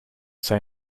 say